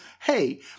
Hey